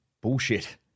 bullshit